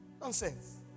nonsense